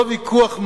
לא ויכוח מדעי.